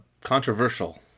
controversial